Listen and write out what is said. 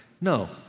No